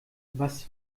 was